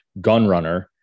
Gunrunner